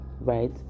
right